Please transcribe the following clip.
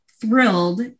thrilled